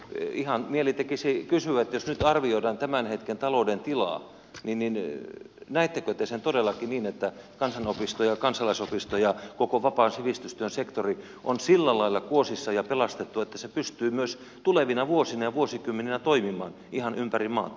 ihan mieli tekisi kysyä että jos nyt arvioidaan tämän hetken talouden tilaa niin näettekö te sen todellakin niin että kansanopisto ja kansalaisopisto ja koko vapaan sivistystyön sektori on sillä lailla kuosissa ja pelastettu että se pystyy myös tulevina vuosina ja vuosikymmeninä toimimaan ihan ympäri maata